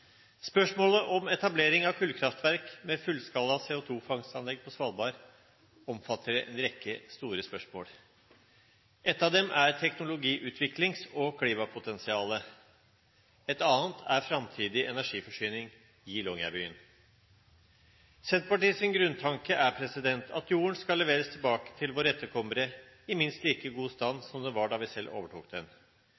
Spørsmålet om etablering av kullkraftverk med fullskala CO2-fangstanlegg på Svalbard omfatter en rekke store spørsmål. Ett av dem er teknologiutviklings- og klimapotensialet. Et annet er framtidig energiforsyning i Longyearbyen. Senterpartiets grunntanke er at jorden skal leveres tilbake til våre etterkommere i minst like god stand